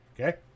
Okay